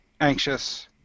anxious